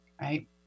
right